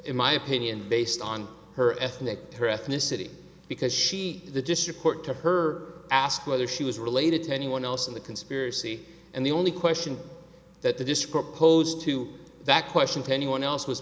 in my opinion based on her ethnic her ethnicity because she the district court to her asked whether she was related to anyone else in the conspiracy and the only question that the descriptor to that question ten one else was